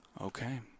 Okay